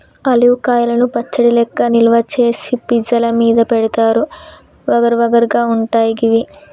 olive కాయలను పచ్చడి లెక్క నిల్వ చేసి పిజ్జా ల మీద పెడుతారు వగరు వగరు గా ఉంటయి గివి